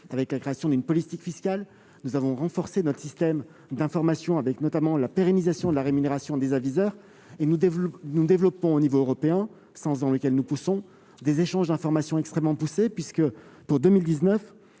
-avec la création d'une police fiscale. Nous avons renforcé notre système d'information avec, notamment, la pérennisation de la rémunération des aviseurs fiscaux. Enfin, nous développons au niveau européen, sens dans lequel nous poussons, des échanges d'informations extrêmement poussés. Ainsi, pour 2019,